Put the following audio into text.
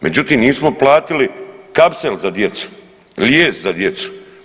Međutim, nismo platili kapsel za djecu, lijes za djecu.